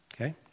Okay